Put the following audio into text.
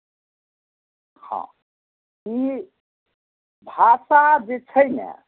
हँ ई भाषा जे छै ने